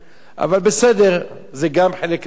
אבל בסדר, זה גם חלק מהאיברים שלי.